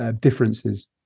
differences